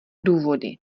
důvody